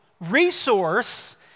resource